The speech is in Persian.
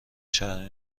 چرمی